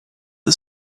the